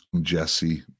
Jesse